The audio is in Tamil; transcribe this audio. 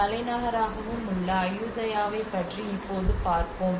தலைநகராகவும் உள்ள அயுதயாவைப் பற்றி இப்போது பார்ப்போம்